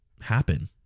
happen